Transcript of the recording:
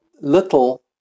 little